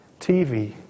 TV